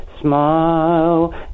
Smile